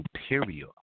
superior